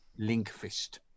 Linkfist